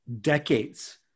decades